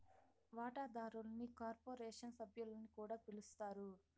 వాటాదారుల్ని కార్పొరేషన్ సభ్యులని కూడా పిలస్తారు